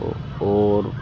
اور